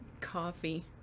Coffee